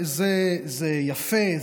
זה יפה,